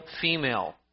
female